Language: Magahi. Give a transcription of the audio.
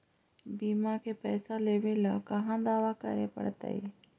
बिमा के पैसा लेबे ल कहा दावा करे पड़तै?